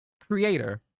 creator